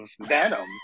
venom